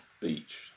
beach